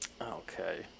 Okay